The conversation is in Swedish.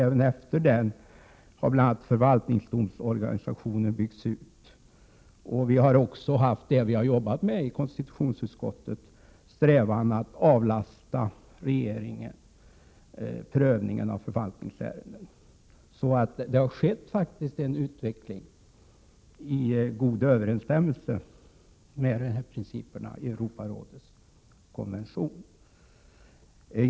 Även efter den reformen har bl.a. förvaltningsdomstolsorganisationen byggts ut. Vi har i konstitutionsutskottet också jobbat med strävan att avlasta regeringen prövningen av förvaltningsärenden. Det har alltså faktiskt skett en utveckling i god överensstämmelse med principerna i Europarådets konvention.